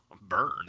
burn